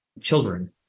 children